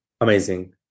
Amazing